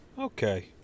Okay